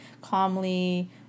calmly